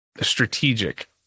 strategic